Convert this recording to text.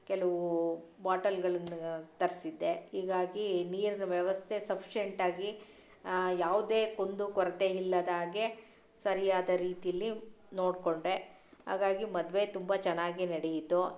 ಕೆಲವು ಬಾಟಲ್ಗಳನ್ನು ತರಿಸಿದ್ದೆ ಹೀಗಾಗಿ ನೀರಿನ ವ್ಯವಸ್ಥೆ ಸಫ್ಶೆಂಟಾಗಿ ಯಾವುದೇ ಕುಂದು ಕೊರತೆ ಇಲ್ಲದಾಗೆ ಸರಿಯಾದ ರೀತಿಯಲ್ಲಿ ನೋಡಿಕೊಂಡೆ ಹಾಗಾಗಿ ಮದುವೆ ತುಂಬ ಚೆನ್ನಾಗಿ ನಡೆಯಿತು